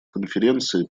конференции